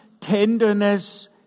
tenderness